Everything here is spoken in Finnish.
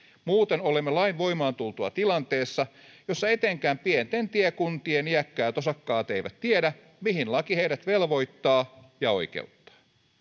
muuten olemme lain voimaan tultua tilanteessa jossa etenkään pienten tiekuntien iäkkäät osakkaat eivät tiedä mihin laki heidät velvoittaa ja oikeuttaa